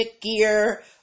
gear